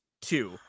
two